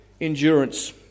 endurance